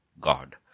God